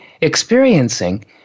experiencing